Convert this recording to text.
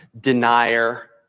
denier